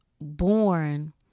born